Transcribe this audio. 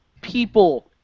people